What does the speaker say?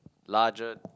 larger